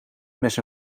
mes